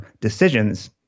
decisions